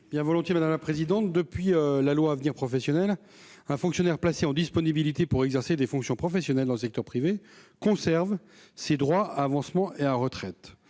de la loi pour la liberté de choisir son avenir professionnel, un fonctionnaire placé en disponibilité pour exercer des fonctions professionnelles dans le secteur privé conserve ses droits à avancement et à retraite.